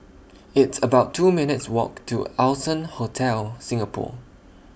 It's about two minutes' Walk to Allson Hotel Singapore